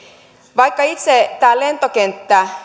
vaikka itse tämä lentokenttä